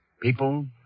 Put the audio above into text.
People